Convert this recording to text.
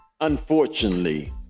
Unfortunately